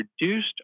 reduced